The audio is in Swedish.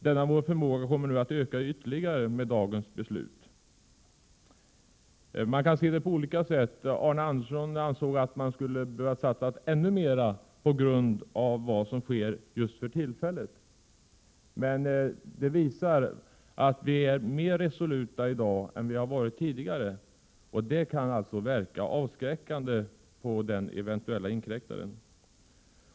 Denna vår förmåga kommer att öka ytterligare genom dagens beslut. Man kan ha olika uppfattningar om detta. Arne Andersson i Ljung ansåg att man skulle ha behövt satsa ännu mer på grund av vad som sker just för tillfället. Men de satsningar som har gjorts visar ändå att vi är mer resoluta i dag än tidigare, vilket alltså kan verka avskräckande på den eventuella inkräktaren.